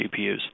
GPUs